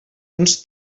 uns